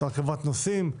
הרכבת נוסעים,